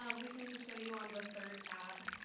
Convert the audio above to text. um we can just show you on the third tab,